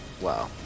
Wow